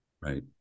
Right